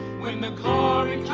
when the glory